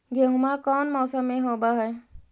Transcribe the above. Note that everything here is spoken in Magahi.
गेहूमा कौन मौसम में होब है?